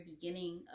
beginning